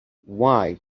why